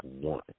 one